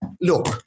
look